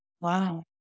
Wow